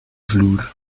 vloer